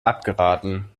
abgeraten